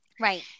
Right